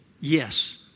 Yes